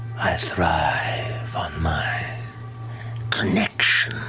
i thrive on my connections.